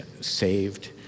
saved